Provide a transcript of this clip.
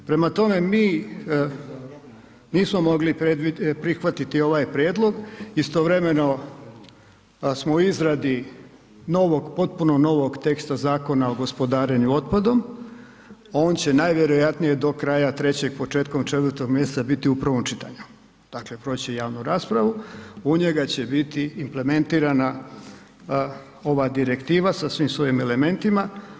Prema tome, mi nismo prihvatiti ovaj prijedlog, istovremeno smo u izradi novog, potpuno novog teksta Zakona o gospodarenju otpadom, on će najvjerojatnije do kraja 3., početkom 4. mj. biti u prvom čitanju, dakle proći će javnu raspravu, u njega će biti implementirana ova direktiva sa svim svojim elementima.